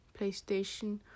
PlayStation